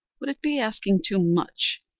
would it be asking too much,